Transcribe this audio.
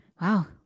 Wow